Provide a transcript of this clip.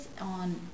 on